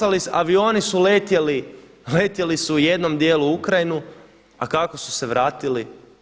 Avioni su letjeli, letjeli su u jednom dijelu Ukrajinu, a kako su se vratili?